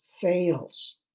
fails